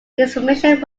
information